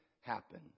happen